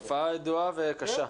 תופעה ידועה וקשה.